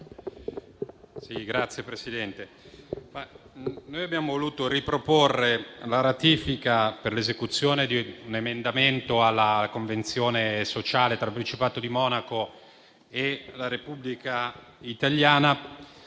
Signor Presidente, noi abbiamo voluto riproporre la ratifica per l'esecuzione di un emendamento alla Convenzione sociale tra Principato di Monaco e la Repubblica italiana